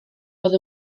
oedd